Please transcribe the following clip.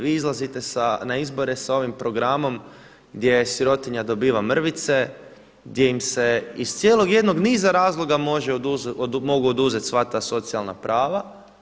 Vi izlazite na izbore sa ovim programom gdje sirotinja dobiva mrvice, gdje im se iz cijelog jednog niza razloga mogu oduzeti sva ta socijalna prava.